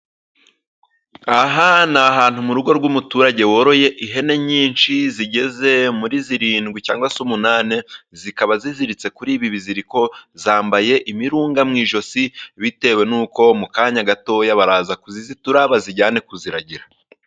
Aha ni ahantu mu rugo rw'umuturage woroye ihene nyinshi, zigeze muri zirindwi cyangwa se umunani, zikaba ziziritse kuri ibi biziriko, zambaye imirunga mu ijosi, bitewe n'uko mu kanya gatoya, baraza kuzizitura bazijyane kuziragira.